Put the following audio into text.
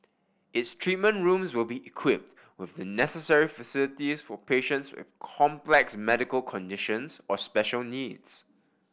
its treatment rooms will be equipped with the necessary facilities for patients with complex medical conditions or special needs